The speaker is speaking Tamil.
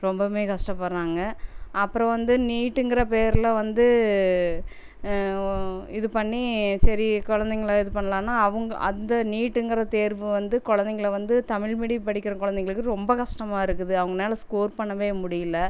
ரொம்பவுமே கஷ்டப்பட்றாங்க அப்புறம் வந்து நீட்டுங்கிற பேரில் வந்து இது பண்ணி சரி கொழந்தைங்கள இது பண்ணலான்னா அவங்க அந்த நீட்டுங்கிற தேர்வு வந்து கொழந்தைங்கள வந்து தமிழ் மீடியம் படிக்கிற கொழந்தைங்களுக்கு ரொம்ப கஷ்டமா இருக்குது அவங்கனால ஸ்கோர் பண்ணவே முடியல